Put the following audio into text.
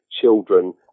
children